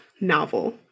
novel